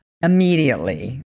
immediately